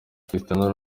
cristiano